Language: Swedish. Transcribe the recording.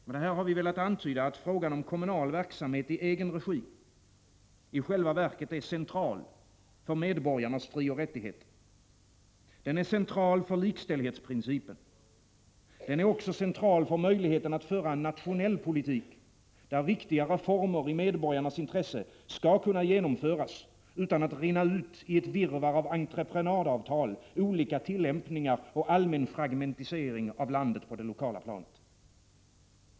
Med detta har vi velat antyda att frågan om kommunal verksamhet i egen regi i själva verket är central för medborgarnas frioch rättigheter. Den är central för likställdhetsprincipen. Den är också central för möjligheten att föra en nationell politik, där viktiga reformer i medborgarnas intresse skall kunna genomföras utan att rinna ut i ett virrvarr av entreprenadavtal, olika tillämpningar och allmän fragmentisering av landet på det lokala planet.